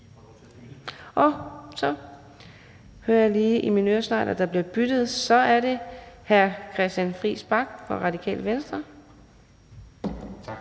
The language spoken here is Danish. jeg hørte lige i min øresnegl, at der blev byttet. Så er det hr. Christian Friis Bach fra Radikale Venstre. Kl.